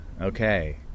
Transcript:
okay